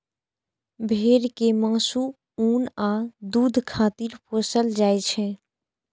भेड़ कें मासु, ऊन आ दूध खातिर पोसल जाइ छै